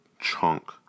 chunk